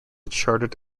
chartered